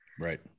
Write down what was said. Right